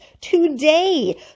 today